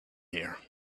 here